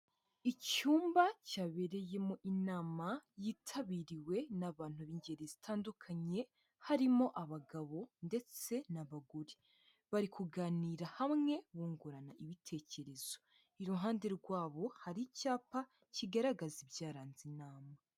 Icyumba cyabereyemo inama yitabiriwe n'abantu b'ingeri zitandukanye harimo abagabo ndetse n'abagore, bari kuganira hamwe bungurana ibitekerezo, iruhande rwabo hari icyapa kigaragaza ibyaranze inama.